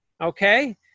Okay